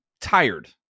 tired